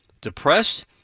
depressed